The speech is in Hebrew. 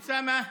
אוסאמה,